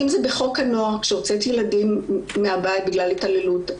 אם זה בחוק הנוער כשהוצאתי ילדים מהבית בגלל התעללות,